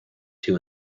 two